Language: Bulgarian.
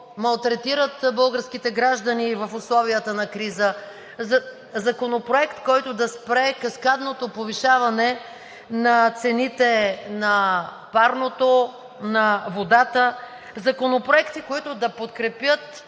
малтретират българските граждани в условията на криза, законопроект, който да спре каскадното повишаване на цените на парното, на водата, законопроекти, които да подкрепят